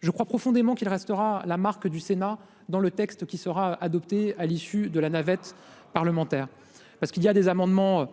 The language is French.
je crois profondément qu'il restera la marque du Sénat dans le texte qui sera adopté à l'issue de la navette parlementaire. Parce qu'il y a des amendements